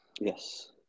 Yes